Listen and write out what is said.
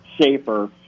safer